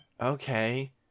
okay